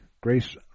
Grace